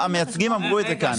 המייצגים אמרו את זה כאן.